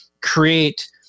create